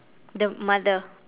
the mother